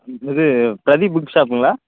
இது பிரதீப் புக் ஷாப்புங்களா